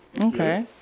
okay